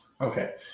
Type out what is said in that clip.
Okay